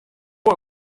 koe